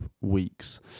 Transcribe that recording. weeks